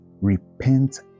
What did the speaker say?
repent